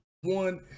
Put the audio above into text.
one